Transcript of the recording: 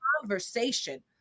conversation